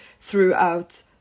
throughout